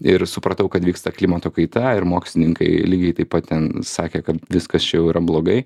ir supratau kad vyksta klimato kaita ir mokslininkai lygiai taip pat ten sakė kad viskas čia jau yra blogai